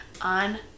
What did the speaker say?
on